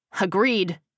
Agreed